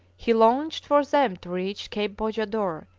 he longed for them to reach cape bojador,